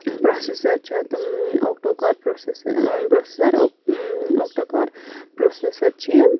processor چھِ اَتھ octa core process processor octa core processor چھِ یہِ